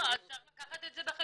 בסדר- -- לא, צריך לקחת את זה בחשבון.